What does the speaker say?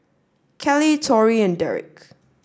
Kelli Torey and Derek